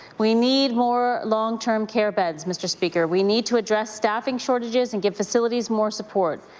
we need more long-term care beds, mr. speaker. we need to address staffing shortages and give facilities more support.